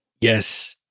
Yes